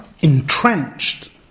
entrenched